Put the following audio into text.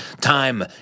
Time